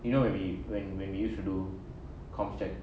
you know when we when when we used to do com tech